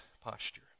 posture